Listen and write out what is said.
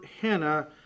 Hannah